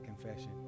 confession